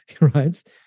right